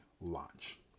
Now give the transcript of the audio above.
launch